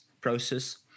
process